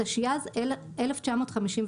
התשי"ז-1957.